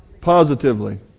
Positively